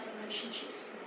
relationships